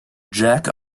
jack